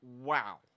Wow